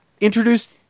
introduced